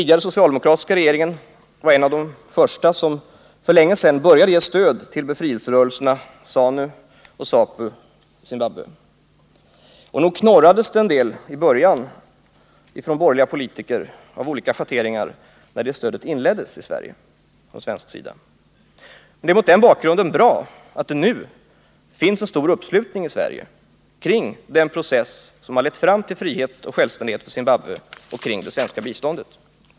Den socialdemokratiska tidigare regeringen var en av de första som, för länge sedan, började ge ett stöd till befrielserörelserna ZANU och ZAPU i Zimbabwe. Nog knorrades det en del i början från borgerliga politiker av olika schatteringar när det stödet inleddes från svensk sida. Det är mot den bakgrunden bra att det nu finns en stor uppslutning i Sverige bakom den process som har lett fram till frihet och självständighet för Zimbabwe och bakom det svenska biståndet.